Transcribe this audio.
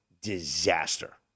disaster